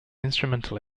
instrumental